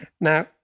Now